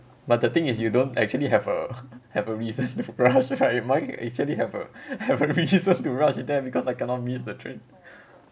but the thing is you don't actually have a have a reason to rush while am I actually have a have a reason to rush then because I cannot miss the train